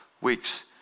weeks